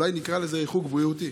אולי נקרא לזה ריחוק בריאותי.